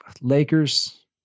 Lakers